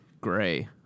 gray